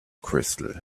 crystal